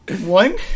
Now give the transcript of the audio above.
one